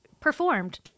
performed